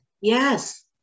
Yes